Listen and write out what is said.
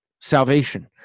salvation